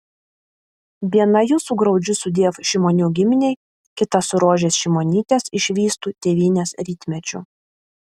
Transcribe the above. viena jų su graudžiu sudiev šimonių giminei kita su rožės šimonytės išvystu tėvynės rytmečiu